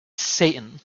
satan